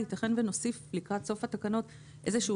ייתכן שנוסיף לקראת סוף התקנות איזשהו